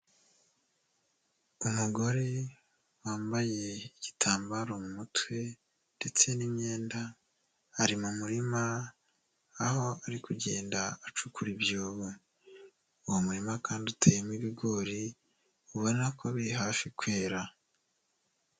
Umugore wambaye igitambaro mu mutwe ndetse n'imyenda ari mu murima aho ari kugenda acukura ibyobo. Uwo murima kandi uteyemo ibigori ubona ko biri hafi kwera.